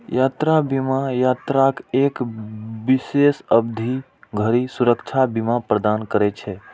यात्रा बीमा यात्राक एक विशेष अवधि धरि सुरक्षा बीमा प्रदान करै छै